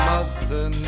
Mother